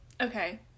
Okay